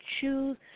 choose